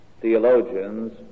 theologians